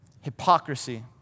hypocrisy